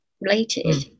related